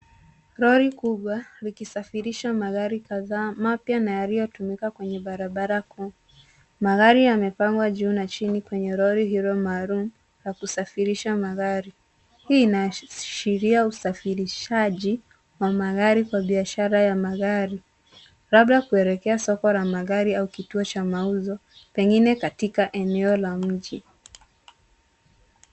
lori kubwa likisafirisha magari kadhaa mapya na yaliyotumika kwenye barabara kuu. magari yamepangwa juu na chini kwenye lori hilo maalum ya kusafirisha magari hii inahashiria usafirishaji wa magari kwa biashara ya magari labda kuelekea soko la magari au kituo cha mauzo pengine katika eneo la mji